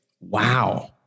Wow